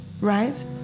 right